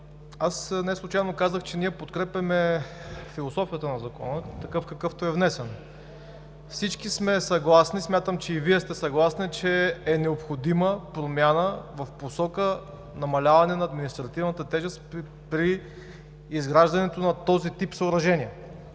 аз неслучайно казах, че ние подкрепяме философията на Закона такъв, какъвто е внесен. Всички сме съгласни, смятам, че и Вие сте съгласни, че е необходима промяна в посока намаляване на административната тежест при изграждането на този тип съоръжения.